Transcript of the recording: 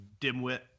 dimwit